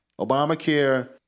Obamacare